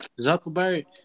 Zuckerberg